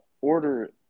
order